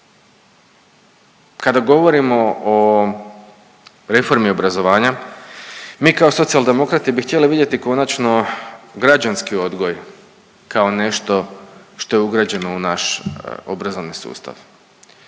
Kada govorimo o reformi obrazovanja mi kao Socijaldemokrati bi htjeli vidjeti konačno građanski odgoj kao nešto što je ugrađeno u naš obrazovni sustav.